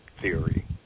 theory